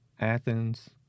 Athens